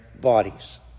bodies